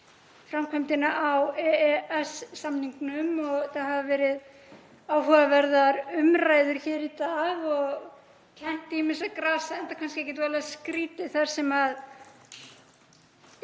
framkvæmdina á EES-samningnum. Það hafa verið áhugaverðar umræður hér í dag og kennt ýmissa grasa, enda ekkert voðalega skrýtið þar sem